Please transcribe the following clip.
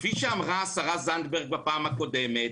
כפי שאמרה השרה זנדברג בפעם הקודמת,